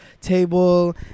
table